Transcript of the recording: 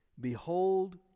behold